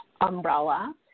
umbrella